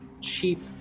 cheap